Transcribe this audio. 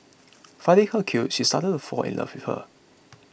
finding her cute she started to fall in love with her